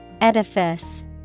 Edifice